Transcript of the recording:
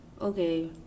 okay